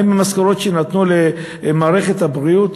ומה עם המשכורות שנתנו למערכת הבריאות?